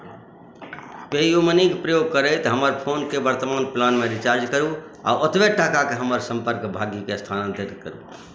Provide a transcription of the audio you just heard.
PayUmoney के प्रयोग करैत हमर फोन के वर्तमान प्लान मे रिचार्ज करू आ ओतबे टाका के हमर सम्पर्क भायके स्थानांतरित करू